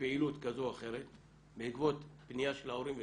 בפעילות כזו או אחרת בעקבות פניה של ההורים ושלנו,